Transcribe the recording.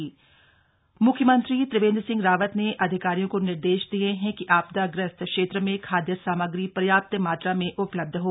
CM समीक्षा बैठक म्ख्यमंत्री त्रिवेन्द्र सिंह रावत ने अधिकारियों को निर्देश दिये हैं कि आपदाग्रस्त क्षेत्र में खाद्य सामग्री पर्याप्त मात्रा में उपलब्ध हो